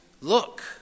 look